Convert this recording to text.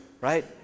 right